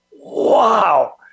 wow